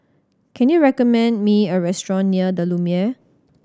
can you recommend me a restaurant near The Lumiere